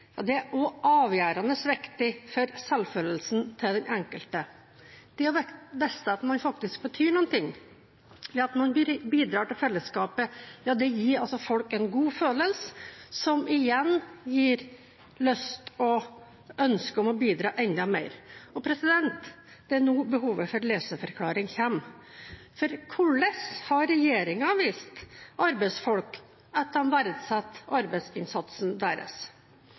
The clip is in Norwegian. er også avgjørende viktig for selvfølelsen til den enkelte. Det å vite at man faktisk betyr noe, at man bidrar til fellesskapet, gir folk en god følelse, som igjen gir lyst til og ønske om å bidra enda mer. Det er nå behovet for leseforklaring kommer, for hvordan har regjeringen vist arbeidsfolk at de verdsetter arbeidsinnsatsen deres?